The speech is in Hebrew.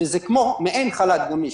זה מעין חל"ת גמיש,